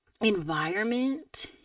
environment